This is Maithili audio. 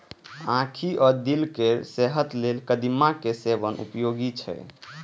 आंखि आ दिल केर सेहत लेल कदीमा के सेवन उपयोगी छै